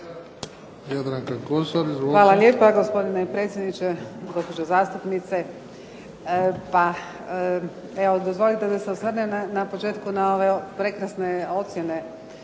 Hvala lijepa gospodine predsjedniče. Gospođo zastupnice, pa evo dozvolite da se osvrnem na početku na ove prekrasne ocjene